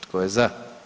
Tko je za?